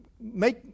make